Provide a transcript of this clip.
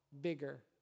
bigger